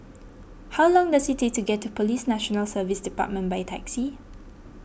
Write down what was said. how long does it take to get to Police National Service Department by taxi